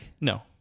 no